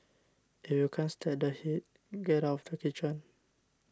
if you can't stand the heat get out of the kitchen